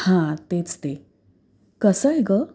हां तेच ते कसं आहे गं